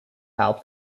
held